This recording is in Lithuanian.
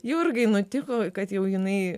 jurgai nutiko kad jau jinai